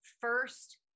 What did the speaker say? first